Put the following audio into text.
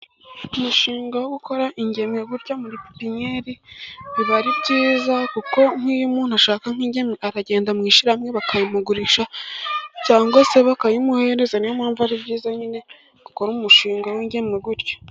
Umushinga wo gukora ingemwe gutya muri pepiniyeri biba ari byiza, kuko nk'iyo umuntu ashaka nk'ingemwe akagenda mu shyirahamwe bakazimugurisha cyangwa se bakazimuhereza, niyo mpamvu ari byiza nyine gukora umushinga w'ingemwe gutyo.